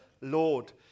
Lord